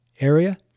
area